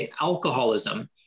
alcoholism